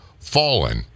Fallen